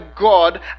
God